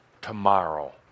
tomorrow